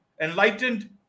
enlightened